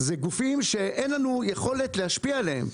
אלה גופים שאין לנו יכולת להשפיע עליהם.